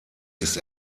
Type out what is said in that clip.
ist